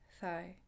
thigh